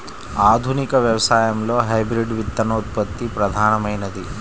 ఆధునిక వ్యవసాయంలో హైబ్రిడ్ విత్తనోత్పత్తి ప్రధానమైనది